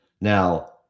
Now